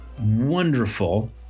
wonderful